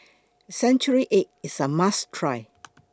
Century Egg IS A must Try